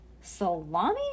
Salami